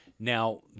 Now